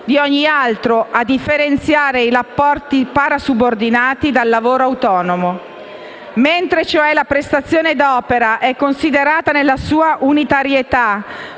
di ogni altro a differenziare i rapporti parasubordinati dal lavoro autonomo. Mentre cioè la prestazione d'opera è considerata nella sua unitarietà